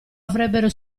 avrebbero